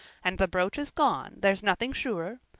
and the brooch is gone, there's nothing surer.